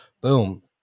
Boom